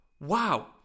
wow